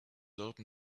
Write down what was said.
open